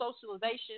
socialization